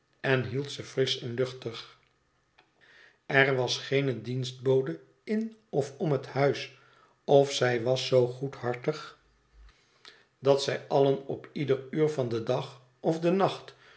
en hield ze frisch en luchtig er was geene dienstbode in of om het huis of zij was zoo goedhartig dat zij allen op ieder uur van den dag of den nacht